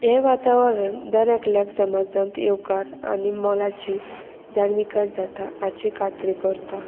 हें वातावरण दर एकल्याक समाजांत येवकार आनी मोलाची जाणविकाय जाता हाची खात्री कोरता